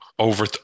Over